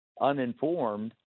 uninformed